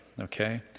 okay